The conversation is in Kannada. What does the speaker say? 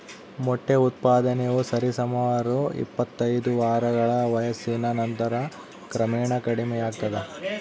ಮೊಟ್ಟೆ ಉತ್ಪಾದನೆಯು ಸರಿಸುಮಾರು ಇಪ್ಪತ್ತೈದು ವಾರಗಳ ವಯಸ್ಸಿನ ನಂತರ ಕ್ರಮೇಣ ಕಡಿಮೆಯಾಗ್ತದ